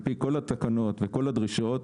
על פי כל התקנות וכל הדרישות.